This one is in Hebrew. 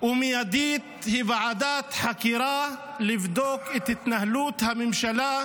והמיידית היא ועדת חקירה לבדיקת התנהלות הממשלה,